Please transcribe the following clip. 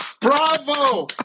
bravo